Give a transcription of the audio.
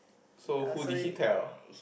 so who did he tell